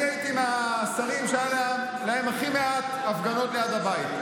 אני הייתי מהשרים שהיו להם הכי מעט הפגנות ליד הבית,